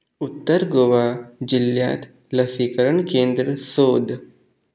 उत्तर गोवा जिल्ल्यांत लसीकरण केंद्र सोद